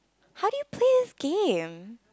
how do you play this game